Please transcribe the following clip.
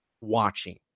watching